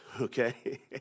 okay